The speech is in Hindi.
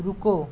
रुको